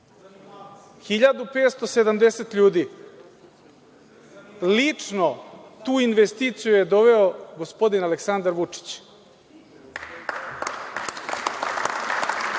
1.570 ljudi. Lično tu investiciju je doveo gospodin Aleksandar Vučić.